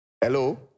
Hello